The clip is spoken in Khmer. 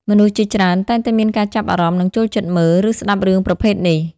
មនុស្សជាច្រើនតែងតែមានការចាប់អារម្មណ៍និងចូលចិត្តមើល ឬស្តាប់រឿងប្រភេទនេះ។